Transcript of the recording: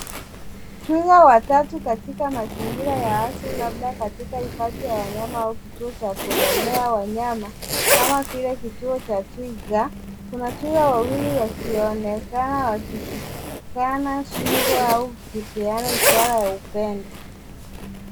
Twiga watatu katika mazingira ya asili labda katika hifadhi ya wanyama au kituo cha kulelea wanyama, kama vile kituo cha twiga. Kuna twiga wawili wakionekana wakishikana shingo au kupeana ishara ya upendo.